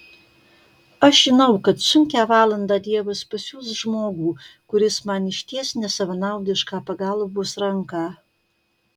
aš žinau kad sunkią valandą dievas pasiųs žmogų kuris man išties nesavanaudišką pagalbos ranką